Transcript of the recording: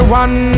one